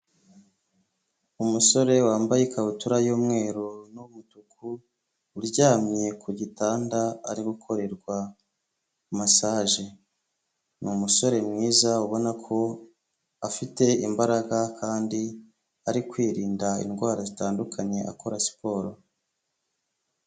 Umusore wambaye ikabutura y'umweru n'umutuku uryamye ku gitanda ari gukorerwa masaje ni umusore mwiza ubona ko afite imbaraga kandi ari kwirinda indwara zitandukanye akora siporo.